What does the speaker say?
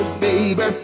baby